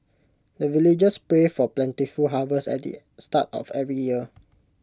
the villagers pray for plentiful harvest at the start of every year